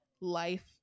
life